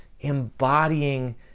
embodying